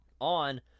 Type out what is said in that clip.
on